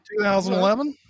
2011